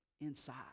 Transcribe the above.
inside